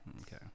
okay